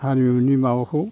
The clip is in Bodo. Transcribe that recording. हारिमुनि माबाखौ